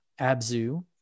Abzu